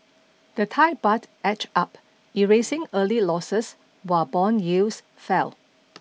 the Thai baht edged up erasing early losses while bond yields fell